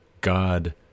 God